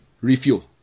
Refuel